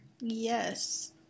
Yes